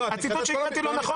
הציטוט שהקראתי לא נכון?